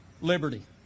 liberty